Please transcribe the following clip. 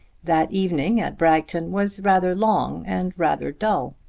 that evening at bragton was rather long and rather dull.